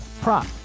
prop